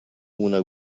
una